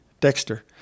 Dexter